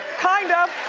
kind of.